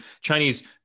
Chinese